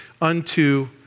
unto